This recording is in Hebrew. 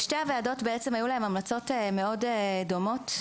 לשתי הוועדות היו המלצות מאוד דומות,